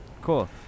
Cool